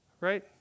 Right